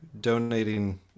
donating